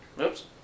Oops